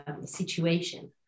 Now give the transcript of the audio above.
situation